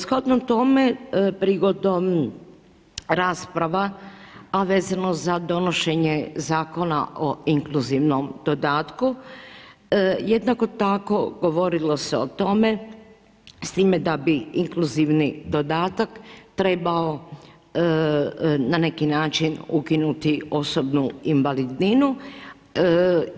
Shodno tome prigodom rasprava, a vezano za donošenje Zakona o inkluzivnom dodatku jednako tako govorilo se o tome s time da bi inkluzivni dodatak trebao na neki način ukinuti osobnu invalidninu